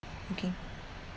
okay